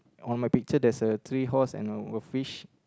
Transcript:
on my picture there's a three horse and a fish